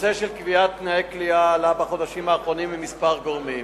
הנושא של קביעת תנאי כליאה עלה בחודשים האחרונים מכמה גורמים.